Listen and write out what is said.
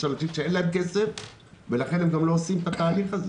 יש אנשים שאין להם כסף ולכן הם לא עושים את התהליך הזה